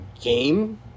game